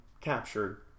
captured